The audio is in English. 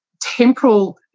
temporal